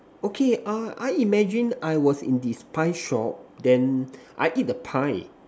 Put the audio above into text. okay uh I imagine I was in this pie shop then I eat the pie